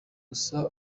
gusa